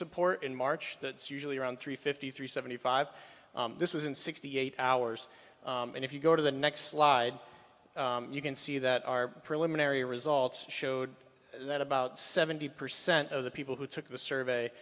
support in march that's usually around three fifty three seventy five this was in sixty eight hours and if you go to the next slide you can see that our preliminary results showed that about seventy percent of the people who took the survey